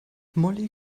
molly